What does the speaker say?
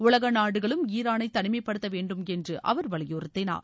உலக நாடுகளும் ஈரானை தனிமைப்படுத்த வேண்டும் என்று அவர் வலியுறுத்தினார்